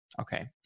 okay